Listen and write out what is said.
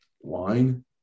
Wine